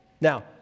Now